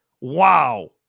Wow